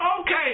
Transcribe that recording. Okay